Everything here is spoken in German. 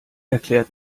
erklärt